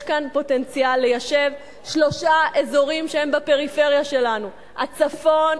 יש כאן פוטנציאל ליישב שלושה אזורים שהם בפריפריה שלנו: הצפון,